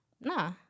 nah